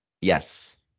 Yes